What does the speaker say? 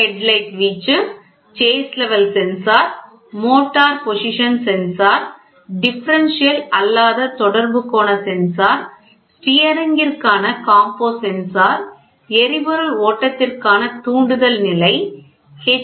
headlight வீச்சு chassis level sensor motor position sensor differential அல்லாத தொடர்பு கோண சென்சார் ஸ்டீயரிங்கிற்கான காம்போ சென்சார் எரிபொருள் ஓட்டத்திற்கான தூண்டுதல் நிலை எச்